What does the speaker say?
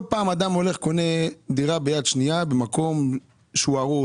לא פעם הוא קונה אותה במקום הרוס,